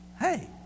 hey